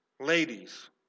Ladies